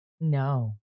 No